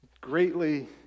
greatly